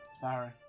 Sorry